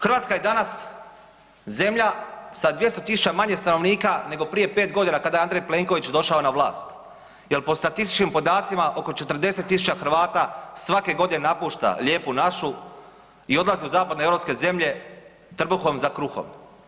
Hrvatska je danas zemlja sa 200.000 manje stanovnika nego prije pet godina kada je Andrej Plenković došao na vlast jel po statističkim podacima oko 40.000 Hrvata svake godine napušta lijepu našu i odlazi u zapadnoeuropske zemlje trbuhom za kruhom.